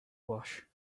wash